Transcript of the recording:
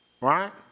right